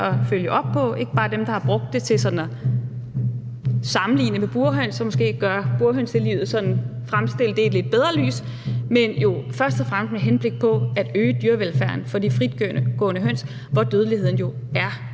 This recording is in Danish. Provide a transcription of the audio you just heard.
at følge op på, ikke bare dem, der har brugt det til sådan at sammenligne med burhøns og måske fremstille burhønselivet i et bedre lys, men det er jo først og fremmest med henblik på at øge dyrevelfærden for de fritgående høns, hvor dødeligheden jo er